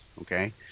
okay